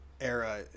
era